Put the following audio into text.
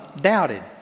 doubted